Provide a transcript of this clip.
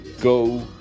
go